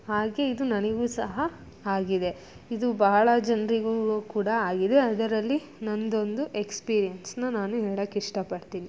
ಹಾಗೇ ಇದು ನನಗೂ ಸಹ ಆಗಿದೆ ಇದು ಬಹಳ ಜನರಿಗೂ ಕೂಡ ಆಗಿದೆ ಅದರಲ್ಲಿ ನನ್ನದೊಂದು ಎಕ್ಸ್ಪೀರಿಯೆನ್ಸ್ನ ನಾನು ಹೇಳಕ್ಕೆ ಇಷ್ಟಪಡ್ತೀನಿ